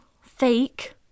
fake